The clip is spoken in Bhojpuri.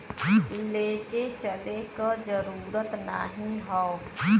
लेके चले क जरूरत नाहीं हौ